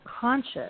conscious